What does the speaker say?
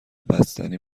بستنی